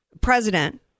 president